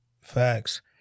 Facts